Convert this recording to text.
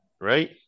right